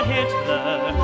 Hitler